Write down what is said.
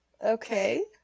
Okay